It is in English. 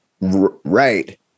right